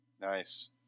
Nice